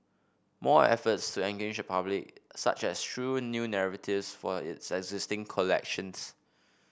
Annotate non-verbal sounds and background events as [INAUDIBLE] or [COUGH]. more efforts to engage the public such as through new [UNINTELLIGIBLE] for its existing collections